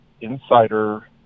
insider